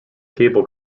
cable